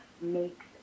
makes